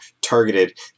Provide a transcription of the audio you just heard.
targeted